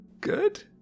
Good